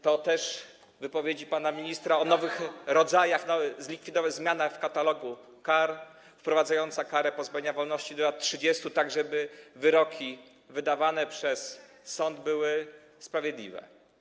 To też wypowiedzi pana ministra o nowych rodzajach, zmianach w katalogu kar, o wprowadzeniu kary pozbawienia wolności do lat 30, tak żeby wyroki wydawane przez sąd były sprawiedliwe.